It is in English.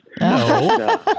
No